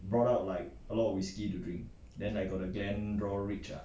brought out like a lot of whisky to drink then I got again nor rich ah